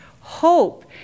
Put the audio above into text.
hope